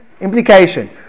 Implication